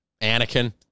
Anakin